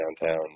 downtown